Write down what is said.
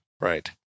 right